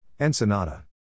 Ensenada